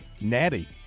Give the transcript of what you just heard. natty